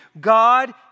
God